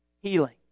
healing